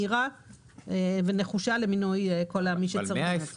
מהירה ונחושה למינוי כל מי שצריך למנות אותו.